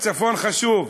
הצפון חשוב,